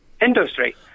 industry